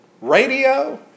radio